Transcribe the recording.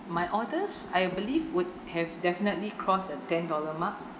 my orders I believe would have definitely crossed the ten dollar mark